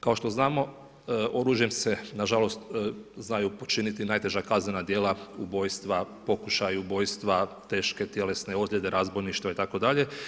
Kao što znamo, oružjem se nažalost znaju počiniti najteža kaznena dijela ubojstva, pokušaj ubojstva, teške tjelesne ozlijede, razbojništva itd.